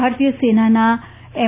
ભારતીય સેનાના એમ